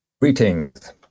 Greetings